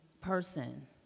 person